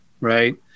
Right